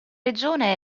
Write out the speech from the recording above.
regione